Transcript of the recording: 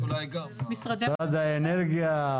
משרד האנרגיה,